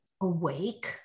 awake